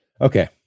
Okay